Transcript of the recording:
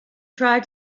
try